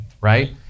right